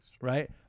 Right